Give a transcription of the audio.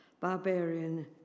barbarian